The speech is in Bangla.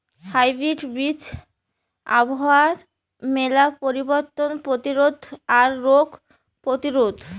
হাইব্রিড বীজ আবহাওয়ার মেলা পরিবর্তন প্রতিরোধী আর রোগ প্রতিরোধী